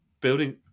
building